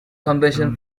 convention